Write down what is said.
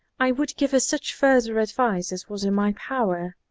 i would give her such further advice as was in my power.